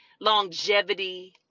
longevity